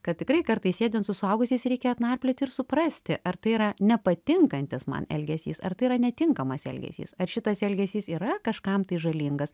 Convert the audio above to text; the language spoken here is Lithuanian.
kad tikrai kartais sėdint su suaugusiais reikia atnarpliot ir suprasti ar tai yra nepatinkantis man elgesys ar tai yra netinkamas elgesys ar šitas elgesys yra kažkam tai žalingas